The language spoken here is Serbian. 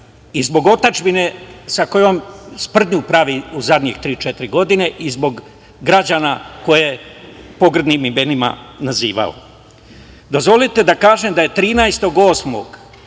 i zbog otadžbine sa kojom sprdnju pravu u zadnje tri, četiri godine i zbog građana koje pogrdnim imenima nazivao. Dozvolite da kažem da je